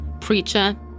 preacher